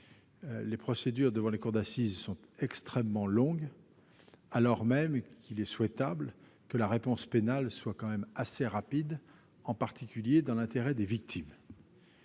les procédures devant les cours d'assises sont extrêmement longues, alors même qu'il est souhaitable que la réponse pénale intervienne relativement rapidement, en particulier dans l'intérêt des victimes.